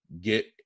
get